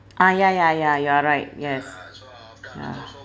ah ya ya ya you are right yes yeah